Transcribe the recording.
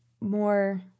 more